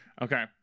okay